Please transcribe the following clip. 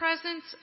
presence